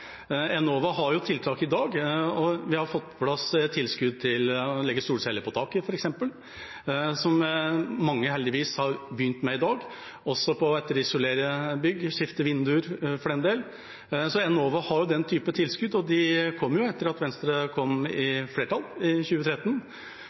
Enova har jo tiltak i dag. Vi har fått på plass tilskudd til å legge solceller på tak, f.eks., som mange heldigvis har begynt med, og også til å etterisolere bygg og skifte vinduer for den del. Enova har den type tilskudd, og de kom etter at Venstre kom i